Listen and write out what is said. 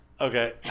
Okay